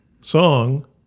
song